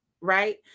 Right